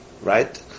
right